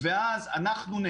ואז אנחנו,